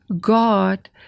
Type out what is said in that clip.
God